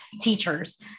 teachers